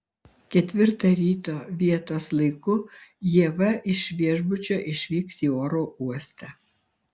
ketvirtą ryto vietos laiku ieva iš viešbučio išvyks į oro uostą